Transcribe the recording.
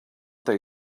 they